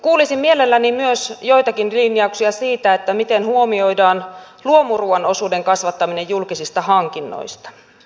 kuulisin mielelläni myös joitakin linjauksia siitä miten huomioidaan luomuruuan osuuden kasvattaminen julkisista hankinnoista